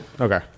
okay